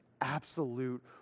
absolute